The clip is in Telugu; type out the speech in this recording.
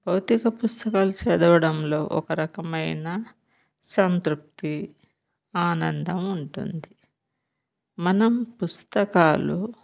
భౌతిక పుస్తకాలు చదవడంలో ఒక రకమైన సంతృప్తి ఆనందం ఉంటుంది మనం పుస్తకాలు